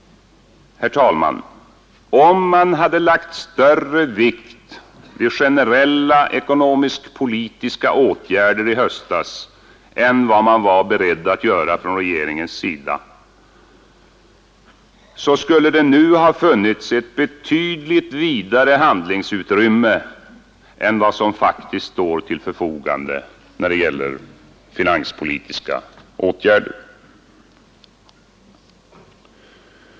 Herr talman! Om regeringen i höstas hade lagt större vikt vid generella ekonomisk-politiska åtgärder än vad den var beredd att göra skulle det nu ha funnits ett betydligt vidare handlingsutrymme än vad som faktiskt står till förfogande när det gäller finanspolitiska åtgärder.